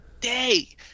day